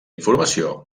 informació